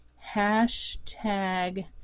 hashtag